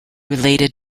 related